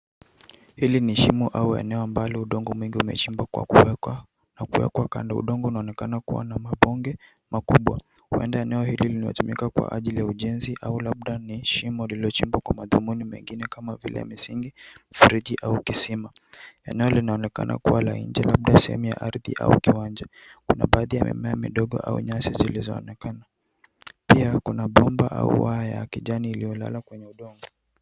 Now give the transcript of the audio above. Hili shimo au eneo ambalo udongo mwingi umechimbwa na kuwekwa kando. Udongo unaonekana kuwa na maponge makubwa huenda eneo hili lililotumika kwa ajili ya ujenzi au labda nishimo lililochimbwa kwa madhumuni mengine kama vile ya msingi, mfereji au kisima. Eneo linaonekana kuwa la nje labda sehemu ya ardhi au kiwanja. Kuna baadhi ya mimea midogo au nyasi zilizoonekana. Pia kuna bomba au waya ya kijani iliyolala kwenye udongo.